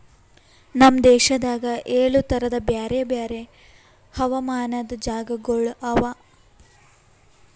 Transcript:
ನಮ್ ದೇಶದಾಗ್ ಏಳು ತರದ್ ಬ್ಯಾರೆ ಬ್ಯಾರೆ ಹವಾಮಾನದ್ ಜಾಗಗೊಳ್ ಅವಾ